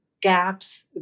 gaps